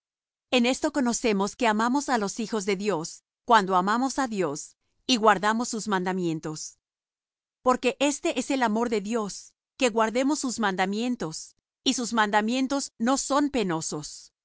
en esto conocemos que amamos á los hijos de dios cuando amamos á dios y guardamos sus mandamientos porque este es el amor de dios que guardemos sus mandamientos y sus mandamientos no son penosos